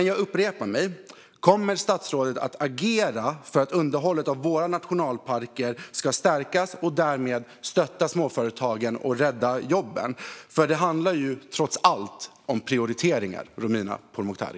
Jag upprepar: Kommer statsrådet att agera för att underhållet av våra nationalparker ska stärkas och därmed stötta småföretagen och rädda jobben? Det handlar trots allt om prioriteringar, Romina Pourmokhtari.